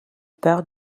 peur